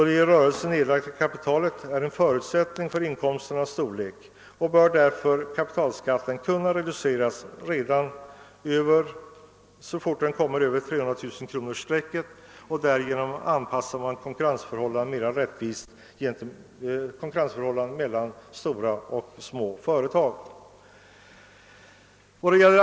Det i rörelsen nedlagda kapitalet är en förutsättning för inkomsten, och kapitalskatten bör därför reduceras så att konkurrensförhållandet mellan stora och små företag blir mer rättvist.